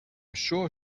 sure